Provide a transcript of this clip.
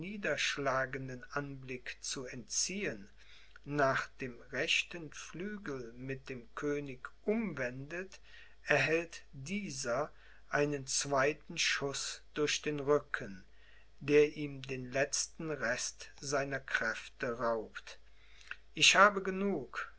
niederschlagenden anblick zu entziehen nach dem rechten flügel mit dem könige umwendet erhält dieser einen zweiten schuß durch den rücken der ihm den letzten rest seiner kräfte raubt ich habe genug